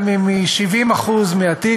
גם אם היא 70% מהתיק,